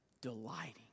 delighting